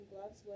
Gloves